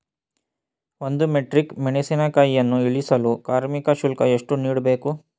ಒಂದು ಮೆಟ್ರಿಕ್ ಮೆಣಸಿನಕಾಯಿಯನ್ನು ಇಳಿಸಲು ಕಾರ್ಮಿಕ ಶುಲ್ಕ ಎಷ್ಟು ನೀಡಬೇಕು?